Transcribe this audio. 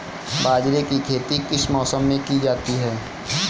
बाजरे की खेती किस मौसम में की जाती है?